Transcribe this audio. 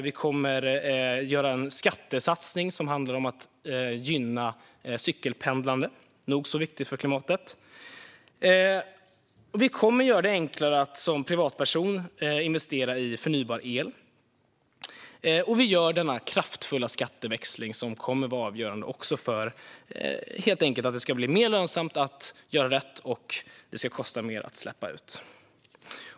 Vi kommer att göra en skattesatsning för att gynna cykelpendling - nog så viktigt för klimatet. Vi kommer att göra det enklare för privatpersoner att investera i förnybar el, och vi gör den kraftfulla skatteväxlingen, som kommer att vara avgörande för att det ska bli mer lönsamt att göra rätt och kosta mer att släppa ut.